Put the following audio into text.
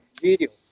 video